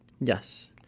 Yes